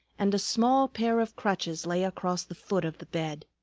and a small pair of crutches lay across the foot of the bed.